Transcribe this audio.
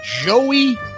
Joey